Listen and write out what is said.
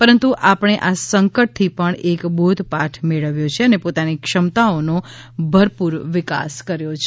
પરંતુ આપણે આ સંકટથી પણ એક બોધપાઠ મેળવ્યો છે કે પોતાની ક્ષમતાઓનો ભરપૂર વિકાસ કર્યો છે